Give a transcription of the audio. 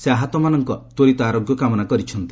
ସେ ଆହତମାନଙ୍କ ତ୍ୱରିତ ଆରୋଗ୍ୟକାମନା କରିଛନ୍ତି